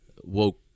woke